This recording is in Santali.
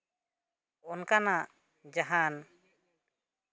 ᱚᱱᱠᱟᱱᱟᱜ ᱡᱟᱦᱟᱱ